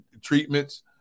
treatments